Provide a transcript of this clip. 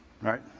Right